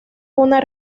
una